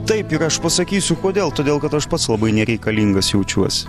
taip ir aš pasakysiu kodėl todėl kad aš pats labai nereikalingas jaučiuosi